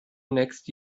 next